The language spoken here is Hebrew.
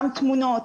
גם תמונות,